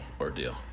ordeal